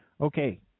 okay